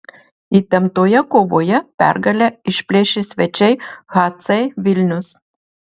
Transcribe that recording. įtemptoje kovoje pergalę išplėšė svečiai hc vilnius